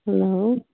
hello